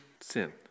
sin